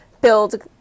build